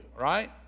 right